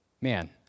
man